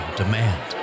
demand